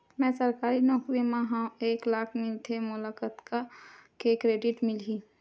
मैं सरकारी नौकरी मा हाव एक लाख मिलथे मोला कतका के क्रेडिट मिलही?